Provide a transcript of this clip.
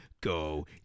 go